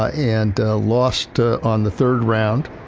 ah and lost ah on the third round,